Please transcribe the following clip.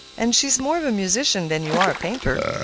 and she's more of a musician than you are a painter.